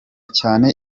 cyane